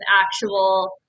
actual